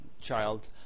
child